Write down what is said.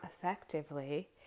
effectively